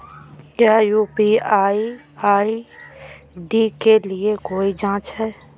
क्या UPI ID के लिए कोई चार्ज है?